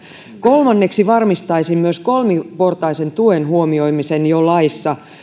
kolmanneksi varmistaisin myös kolmiportaisen tuen huomioimisen jo laissa